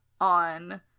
on